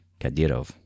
Kadyrov